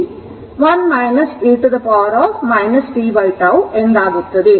1 e t tτ ಎಂದಾಗುತ್ತದೆ